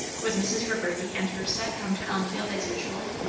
would mrs. reverdy and her set come to elmfield as usual,